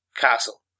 Castle